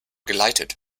geleitet